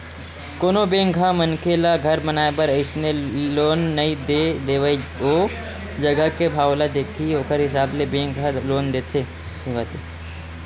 कोनो बेंक ह मनखे ल घर बनाए बर अइसने लोन नइ दे देवय ओ जघा के भाव ल देखही ओखरे हिसाब ले बेंक ह लोन देथे